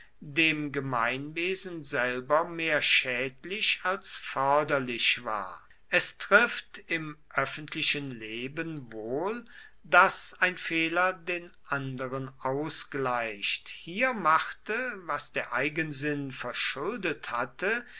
dem gemeinwesen selber mehr schädlich als förderlich war es trifft im öffentlichen leben wohl daß ein fehler den anderen ausgleicht hier machte was der eigensinn verschuldet hatte